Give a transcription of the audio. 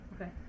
okay